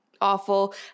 awful